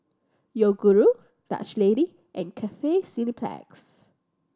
Yoguru Dutch Lady and Cathay Cineplex